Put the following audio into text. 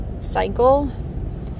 cycle